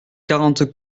quarante